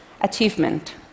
achievement